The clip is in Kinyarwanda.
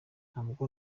ntabwo